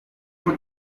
for